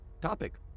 topic